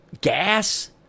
gas